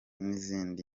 n’izindi